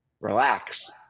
relax